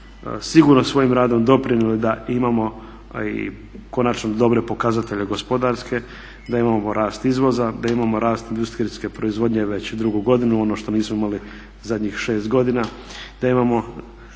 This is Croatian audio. sigurno svojim radom doprinijeli da imamo i konačno dobre pokazatelje gospodarske, da imamo rast izvoza, da imamo rast industrijske proizvodnje već drugu godinu, ono što nismo imali zadnjih šest godina, da imamo